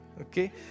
Okay